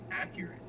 accurate